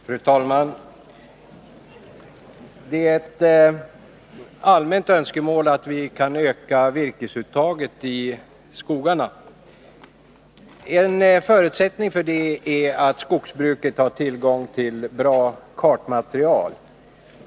Fru talman! Det är ett allmänt önskemål att vi skall öka virkesuttaget i skogarna. En förutsättning för det är att skogsbruket har tillgång till bra kartmaterial.